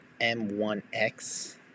M1X